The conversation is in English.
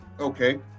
Okay